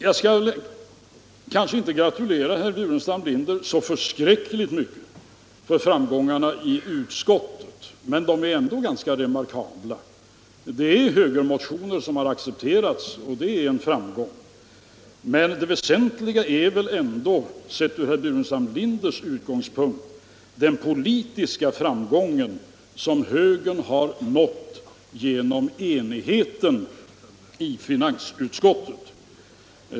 Jag bör kanske inte gratulera herr Burenstam Linder så förskräckligt mycket för framgångarna i utskottet, men de är ändå ganska remarkabla. Det finns högermotioner som har accepterats där, och detta är en fram gång. Men det väsentliga är väl ändå, sett från herr Burenstam Linders utgångspunkt, den politiska framgång som högern har nått genom enigheten i finansutskottet.